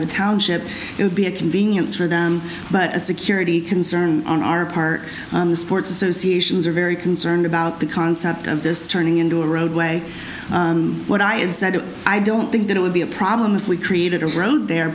of the township it would be a convenience for them but a security concern on our part the sports associations are very concerned about the concept of this turning into a roadway what i had said i don't think that it would be a problem if we created a road there